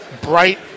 bright